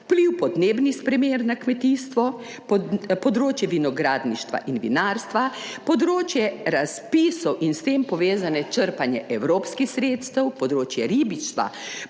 vpliv podnebnih sprememb na kmetijstvo, področje vinogradništva in vinarstva, področje razpisov in s tem povezano črpanje evropskih sredstev, področje ribištva,